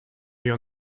wir